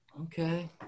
Okay